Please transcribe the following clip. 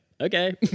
okay